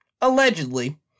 allegedly